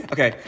Okay